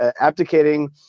abdicating